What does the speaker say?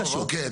טוב, אוקיי.